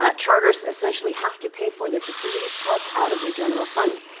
ah charters essentially have to pay for their facilities costs out of their general fund.